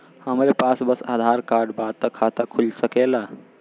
हमरे पास बस आधार कार्ड बा त खाता खुल सकेला?